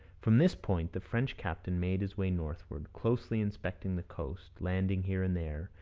from this point the french captain made his way northward, closely inspecting the coast, landing here and there,